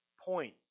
point